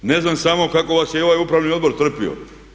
Ne znam samo kako vas je i ovaj upravni odbor trpio.